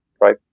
right